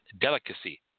delicacy